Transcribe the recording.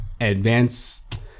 advanced